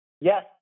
Yes